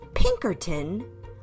Pinkerton